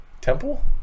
temple